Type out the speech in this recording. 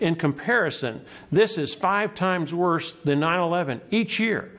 in comparison this is five times worse than nine eleven each year